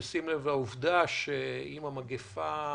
אם ההדבקות